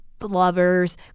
lovers